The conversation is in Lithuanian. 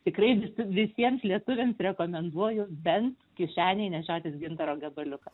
tikrai visi visiems lietuviams rekomenduoju bent kišenėj nešiotis gintaro gabaliuką